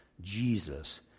Jesus